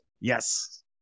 Yes